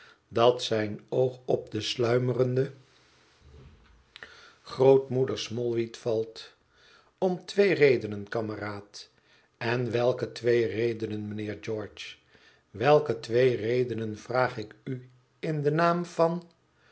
dat zijn oog op de sluimerende grootmoeder smallweed valt om twee redenen kameraad en welke twee redenen mijnheer george welke twee redenen vraag ik u in den naam van